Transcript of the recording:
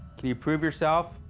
can you prove yourself,